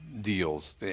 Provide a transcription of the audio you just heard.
deals